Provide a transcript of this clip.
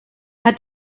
hat